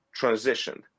transitioned